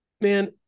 man